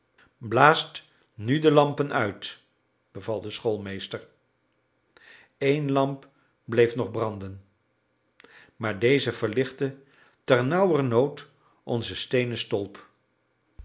blaast nu de lampen uit beval de schoolmeester eén lamp bleef nog branden maar deze verlichtte ternauwernood onze steenen stolp